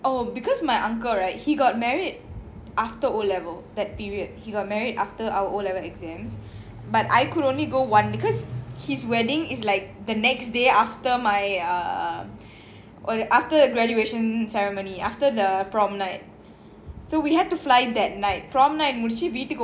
oh because my uncle right he got married after O level that period he got married after our O level exams but I could only go one because his wedding is like the next day after my err after graduation ceremony after the prom night so we had to fly that night prom night முடிச்சிவீட்டுக்கு:mudichi veetuku